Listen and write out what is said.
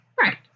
Right